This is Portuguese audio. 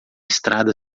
estrada